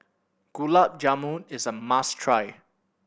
Gulab Jamun is a must try